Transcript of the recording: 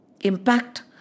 impact